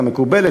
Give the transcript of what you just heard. המקובלת,